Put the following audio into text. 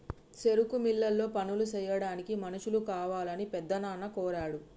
సెరుకు మిల్లులో పనులు సెయ్యాడానికి మనుషులు కావాలని పెద్దనాన్న కోరాడు